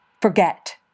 forget